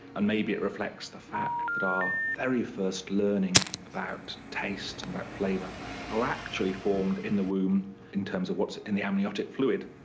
and maybe it reflects the fact that our very first learning about taste and about flavour are actually formed in the womb in terms of what's in the amniotic fluid.